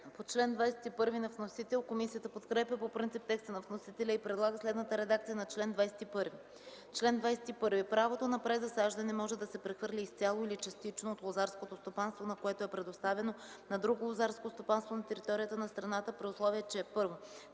ДЕСИСЛАВА ТАНЕВА: Комисията подкрепя по принцип текста на вносителя и предлага следната редакция на чл. 21: „Чл. 21. Правото на презасаждане може да се прехвърли изцяло или частично от лозарското стопанство, на което е предоставено, на друго лозарско стопанство на територията на страната, при условие че: 1.